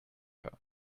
her